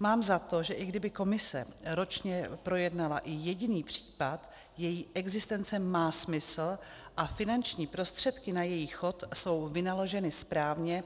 Mám za to, že i kdyby komise ročně projednala i jediný případ, její existence má smysl a finanční prostředky na její chod jsou vynaloženy správně